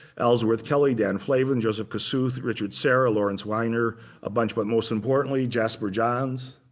ellsworth kelly, dan flavin, joseph kosuth, richard serra, lawrence wiener a bunch but most importantly, jasper johns.